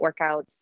workouts